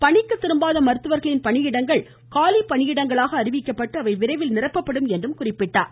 பணிக்கு திரும்பாத மருத்துவர்களின் பணியிடங்கள் காலிப்பணியிடமாக அறிவிக்கப்பட்டு அவை விரைவில் நிரப்பப்படும் என்றும் கூறினார்